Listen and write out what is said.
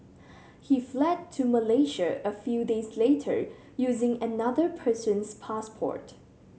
he fled to Malaysia a few days later using another person's passport